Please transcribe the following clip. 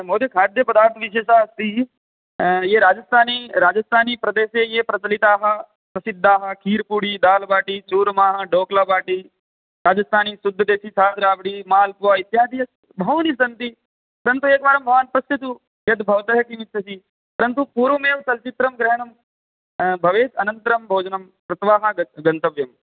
महोदय खाद्यपदार्थविशेषः अस्ति ये राजस्थानी राजस्थानीप्रदेशे ये प्रचलिताः प्रसिद्धाः खीर्कुडि दालबाटि चूर्माः ढोक्लाबाटि राजस्थानी शुद्ध देसी दाल् राबडि मालपुवा इत्यादि बहूनि सन्ति परन्तु एकवारं भवान् पश्यतु यद् भवतः किं इच्छति परन्तु पूर्वमेव चलच्चित्रं ग्रहणं भवेत् अनन्तरं भोजनं कृत्वा गन्तव्यं